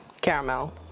Caramel